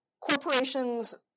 Corporations